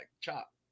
chop